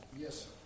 Yes